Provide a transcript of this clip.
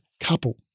couple